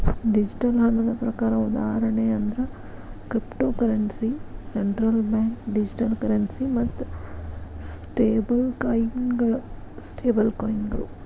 digital ಹಣದ ಪ್ರಕಾರ ಉದಾಹರಣಿ ಅಂದ್ರ cryptocurrency, central bank digital currency ಮತ್ತ ಸ್ಟೇಬಲ್ಕಾಯಿನ್ಗಳ